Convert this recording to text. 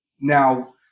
Now